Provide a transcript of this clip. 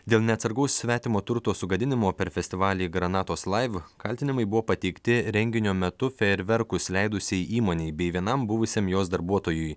dėl neatsargaus svetimo turto sugadinimo per festivalį granatos live kaltinimai buvo pateikti renginio metu fejerverkus leidusiai įmonei bei vienam buvusiam jos darbuotojui